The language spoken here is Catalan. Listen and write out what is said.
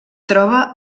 troba